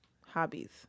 hobbies